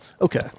Okay